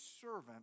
servant